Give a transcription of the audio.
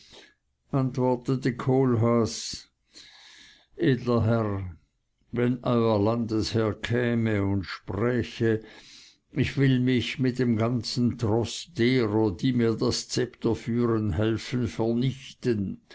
antwortete kohlhaas edler herr wenn euer landesherr käme und spräche ich will mich mit dem ganzen troß derer die mir das zepter führen helfen vernichten